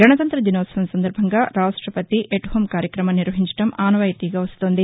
గణతంత్ర దినోత్సవం సందర్భంగా రాష్టపతి ఎట్ హోం కార్యక్రమం నిర్వహించడం ఆనవాయితీగా వస్తోంది